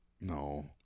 No